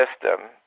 system